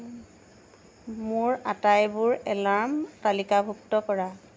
মোৰ আটাইবোৰ এলাৰ্ম তালিকাভুক্ত কৰা